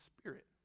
spirit